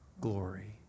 glory